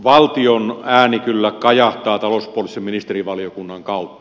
valtion ääni kyllä kajahtaa talouspoliittisen ministerivaliokunnan kautta